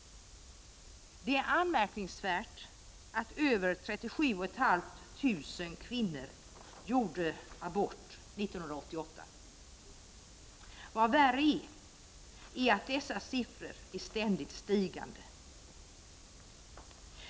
Det är anmärkningsvärt att över 37 500 kvinnor gjorde abort 1988. Vad värre är, är att dessa siffror är ständigt stigande.